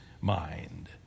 mind